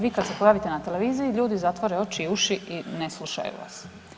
Vi kad se pojavite na televiziji ljudi zatvore oči i uši i ne slušaju vas.